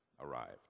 arrived